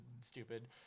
stupid